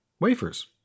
wafers